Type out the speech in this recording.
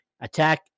attack